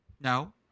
no